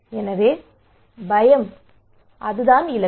எனவே பயம் அது இலக்கு